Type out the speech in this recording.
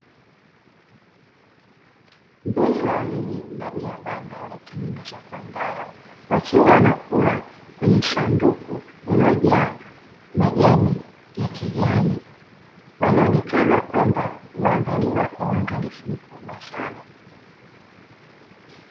Mbuzi wawili ndani ya banda lililotengenezwa kwa mbao. Wakiwa wanakula kwenye sanduku lililojaa majani ya kijani, Wanaonekana kwamba huaangaliwa kwa uangalifu mkubwa sana.